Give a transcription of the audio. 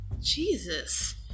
Jesus